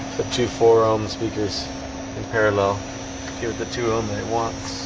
two four ohm speakers in parallel here with the two own they wants